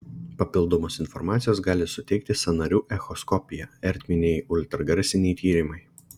papildomos informacijos gali suteikti sąnarių echoskopija ertminiai ultragarsiniai tyrimai